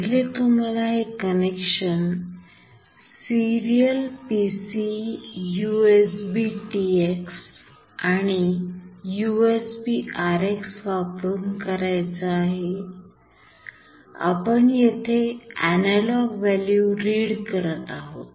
पहिले तुम्हाला हे कनेक्शन serial PC USBTX आणि USBRX वापरून करायचा आहे आपण येथे analog व्हॅल्यू read करत आहोत